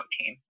team